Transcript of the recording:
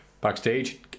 Backstage